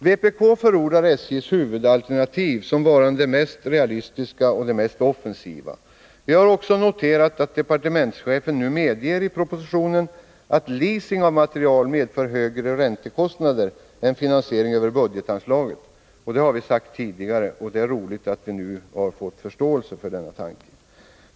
Vpk förordar SJ:s huvudalternativ som varande det mest realistiska och det mest offensiva. Vi har också noterat att departementschefen nu medger i propositionen att leasing av material medför högre räntekostnader än finansiering över budgetanslaget. Det har vi sagt tidigare, och det är bra att vi nu har vunnit förståelse för denna tanke.